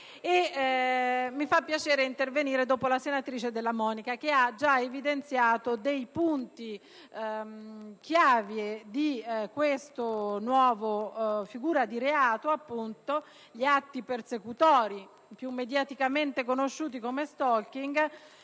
Mi fa piacere intervenire dopo la senatrice Della Monica, che ha già evidenziato uno dei punti chiave di questa nuova figura di reato: gli atti persecutori, più mediaticamente conosciuti come *stalking*,